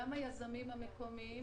גם היזמים המקומיים